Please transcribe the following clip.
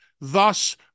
Thus